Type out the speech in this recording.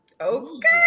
Okay